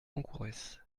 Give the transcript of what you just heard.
concourès